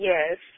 Yes